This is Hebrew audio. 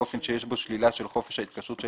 באופן שיש בו שלילה של חופש ההתקשרות של